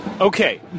Okay